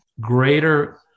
greater